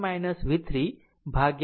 25 કારણ કે આ 2